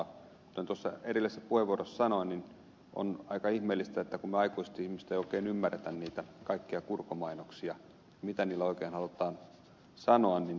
kuten tuossa edellisessä puheenvuorossani sanoin niin on aika ihmeellistä kun me aikuiset ihmiset emme oikein ymmärrä niitä kaikkia kurkomainoksia mitä niillä oikein halutaan sanoa